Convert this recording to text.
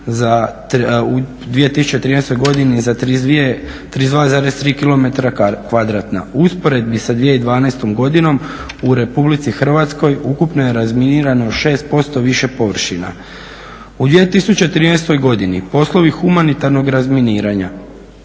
u 2013. godini za 32,3 km2. U usporedbi sa 2012. godinom u Republike Hrvatskoj ukupno je razminirano 6% više površina. U 2013. godini poslovi humanitarnog razminiranja